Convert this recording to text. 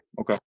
Okay